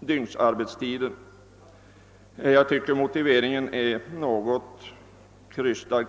dygnsarbetstiden. Jag tycker att denna motivering är något krystad.